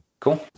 Cool